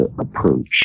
approach